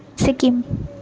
Sikkim